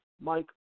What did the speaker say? Mike